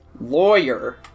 Lawyer